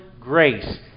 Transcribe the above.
grace